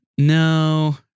No